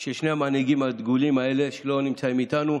של שני המנהיגים הדגולים האלה, שלא נמצאים איתנו,